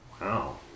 Wow